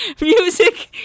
music